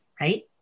right